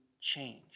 change